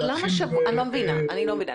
אני לא מבינה.